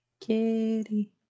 Kitty